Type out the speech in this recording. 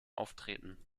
auftreten